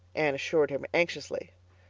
anne assured him anxiously.